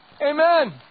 Amen